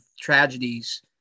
tragedies